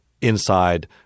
inside